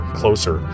closer